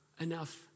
enough